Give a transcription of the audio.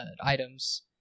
items